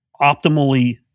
optimally